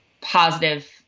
positive